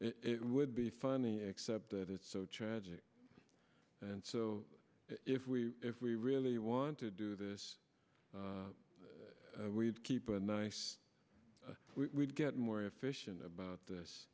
it would be funny except that it's so tragic and so if we if we really want to do this we keep a nice we get more efficient about this